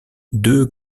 deux